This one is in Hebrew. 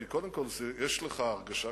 כי קודם כול יש לך הרגשה,